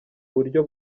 buryo